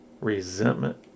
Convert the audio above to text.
resentment